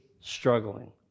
struggling